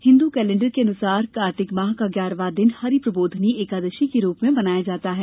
Hindu calendar के अनुसार कार्तिक माह का ग्यारहवां दिन हरि प्रबोधिनी एकादशी के रूप में मनाया जाता है